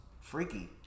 freaky